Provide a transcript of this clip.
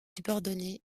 subordonnés